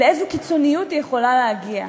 לאיזו קיצוניות היא יכולה להגיע.